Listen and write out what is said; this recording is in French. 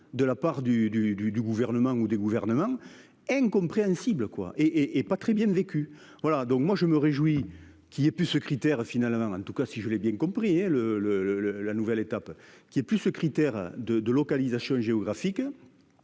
du du du du gouvernement ou des gouvernements. Incompréhensible quoi et et et pas très bien vécu. Voilà donc moi je me réjouis qu'il ait pu ce critère finalement en tout cas si je l'ai bien compris le le le le la nouvelle étape qui est plus ce critère de de localisation géographique.